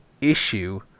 issue